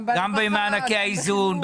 גם במענקי האיזון,